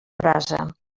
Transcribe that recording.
brasa